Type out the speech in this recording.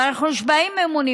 ואנחנו נשבעים אמונים,